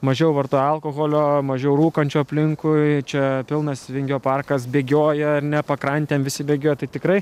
mažiau vartoja alkoholio mažiau rūkančių aplinkui čia pilnas vingio parkas bėgioja ar ne pakrantėm visi bėgioti tai tikrai